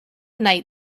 night